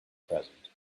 present